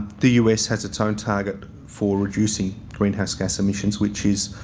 the u s. has its own target for reducing greenhouse gas emissions, which is